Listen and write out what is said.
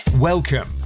Welcome